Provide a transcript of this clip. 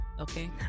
Okay